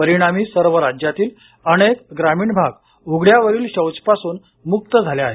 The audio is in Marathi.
परिणामी सर्व राज्यातील अनेक ग्रामीण भाग उघड्यावरील शौचपासून मुक्त झाले आहेत